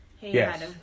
Yes